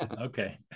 okay